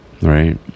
right